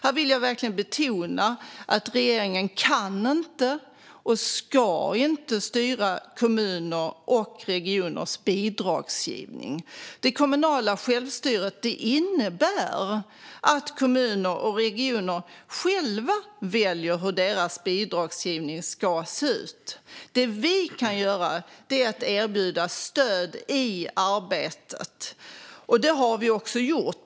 Här vill jag verkligen betona att regeringen inte kan och inte ska styra kommuners och regioners bidragsgivning. Det kommunala självstyret innebär att kommuner och regioner själva väljer hur deras bidragsgivning ska se ut. Det vi kan göra är att erbjuda stöd i arbetet, och det har vi också gjort.